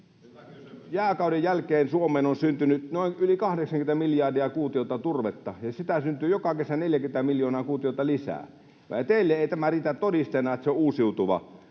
Jääkauden jälkeen Suomeen on syntynyt yli 80 miljardia kuutiota turvetta, ja sitä syntyy joka kesä 40 miljoonaa kuutiota lisää, ja teille ei tämä riitä todisteeksi, että se on uusiutuva.